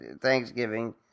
Thanksgiving